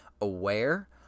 aware